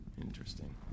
Interesting